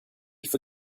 for